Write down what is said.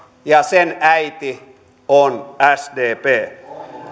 ja sen äiti on sdp